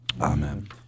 Amen